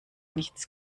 nichts